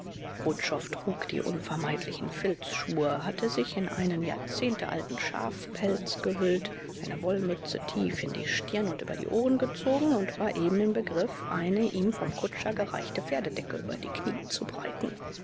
wutschow trug die unvermeidlichen filzschuhe hatte sich in einen jahrzehntealten schafpelz gehüllt eine wollmütze tief in die stirn und über die ohren gezogen und war eben im begriff eine ihm vom kutscher gereichte pferdedecke über die knie zu breiten